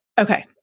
Okay